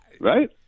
Right